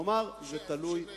כלומר, זה תלוי בנו.